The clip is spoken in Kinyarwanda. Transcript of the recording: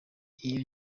iyo